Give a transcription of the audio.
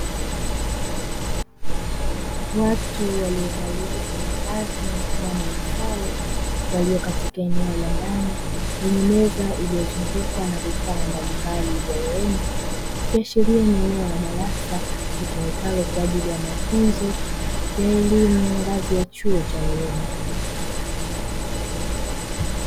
Watu waliovalia mavazi mfano wa sare walio katika eneo la ndani lenye meza iliyozungukwa na vifaa mbalimbali vya urembo, ikiashiria ni eneo la darasa litumikalo kwa ajili ya mafunzo ya elimu ngazi ya chuo cha urembo.